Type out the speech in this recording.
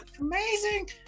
Amazing